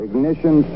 Ignition